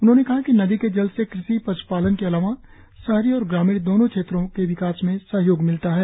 उन्होंने कहा कि नदी के जल से कृषि पश्पालन के अलावा शहरी और ग्रामीण दोनों क्षेत्रों के विकास में सहयोग मिलता है